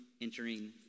entering